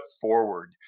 forward